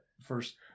first